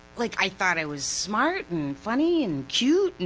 like i thought i was smart and funny and cute,